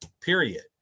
period